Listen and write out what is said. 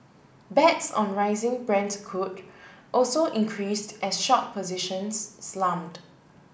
bets on rising Brent crude also increased as short positions slumped